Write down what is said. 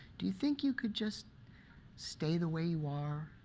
do you think you could just stay the way you are?